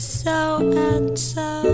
so-and-so